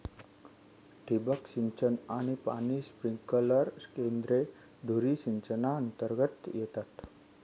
ठिबक सिंचन आणि पाणी स्प्रिंकलर केंद्रे धुरी सिंचनातर्गत येतात